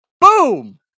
boom